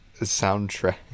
soundtrack